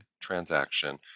transaction